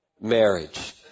marriage